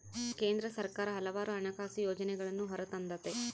ಕೇಂದ್ರ ಸರ್ಕಾರ ಹಲವಾರು ಹಣಕಾಸು ಯೋಜನೆಗಳನ್ನೂ ಹೊರತಂದತೆ